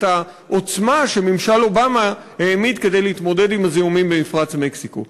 את העוצמה שממשל אובמה העמיד כדי להתמודד עם זיהומים במפרץ מקסיקו.